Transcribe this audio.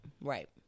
Right